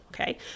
Okay